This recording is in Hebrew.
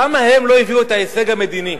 למה הם לא הביאו את ההישג המדיני?